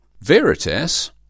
Veritas